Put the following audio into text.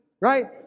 right